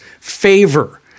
favor